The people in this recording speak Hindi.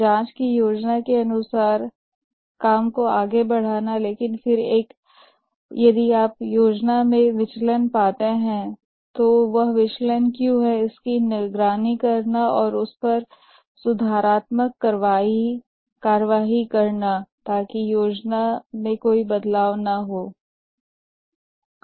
जांचें कि योजना के अनुसार काम आगे बढ़ रहा है लेकिन फिर आपको एक योजना विचलन प्राप्त होगा यदि विचलन है तो निगरानी करें और सुधारात्मक गतिविधि करें ताकि योजना में कोई परिवर्तन शामिल ना हो